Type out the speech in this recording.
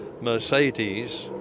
Mercedes